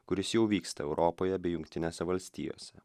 kuris jau vyksta europoje bei jungtinėse valstijose